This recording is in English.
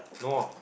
no more